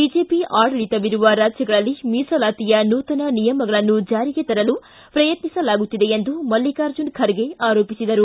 BJP ಆಡಳಿತವಿರುವ ರಾಜ್ಯಗಳಲ್ಲಿ ಮೀಸಲಾತಿಯ ನೂತನ ನಿಯಮಗಳನ್ನು ಜಾರಿಗೆ ತರಲು ಪ್ರಯತ್ನಿಸಲಾಗುತ್ತಿದೆ ಎಂದು ಮಲ್ಲಿಕಾರ್ಜುನ ಖರ್ಗೆ ಆರೋಪಿಸಿದರು